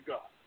God